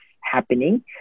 happening